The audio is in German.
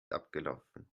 abgelaufen